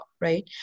right